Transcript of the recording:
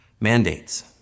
mandates